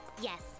Yes